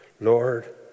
Lord